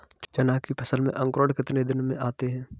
चना की फसल में अंकुरण कितने दिन में आते हैं?